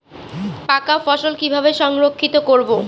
পাকা ফসল কিভাবে সংরক্ষিত করব?